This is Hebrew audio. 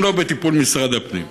אם לא בטיפול משרד הפנים,